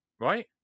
right